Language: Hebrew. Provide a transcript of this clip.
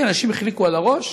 תגידו, אנשים החליקו על הראש?